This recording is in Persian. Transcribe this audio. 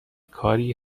کاری